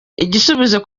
igisubizo